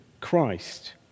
Christ